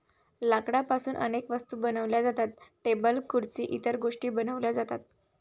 लाकडापासून अनेक वस्तू बनवल्या जातात, टेबल खुर्सी इतर गोष्टीं बनवल्या जातात